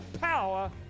power